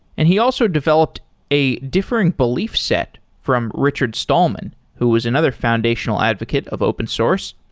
and he also developed a different belief set from richard stallman, who was another foundational advocate of open source.